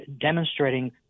demonstrating